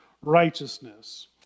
righteousness